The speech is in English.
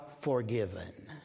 forgiven